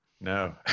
No